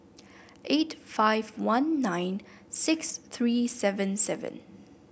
eight five one nine six three seven seven